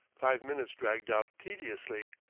five minutes dragged out tediously.